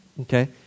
okay